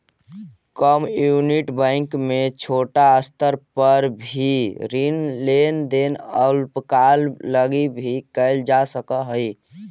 community bank में छोटा स्तर पर भी ऋण लेन देन अल्पकाल लगी भी कैल जा सकऽ हइ